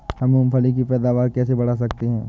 हम मूंगफली की पैदावार कैसे बढ़ा सकते हैं?